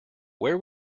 where